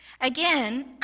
Again